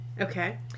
Okay